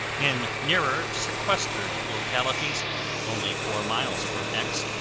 in nearer, sequestered localities only four miles from x,